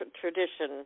tradition